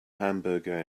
hamburger